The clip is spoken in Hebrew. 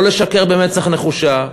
לא לשקר במצח נחושה.